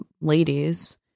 ladies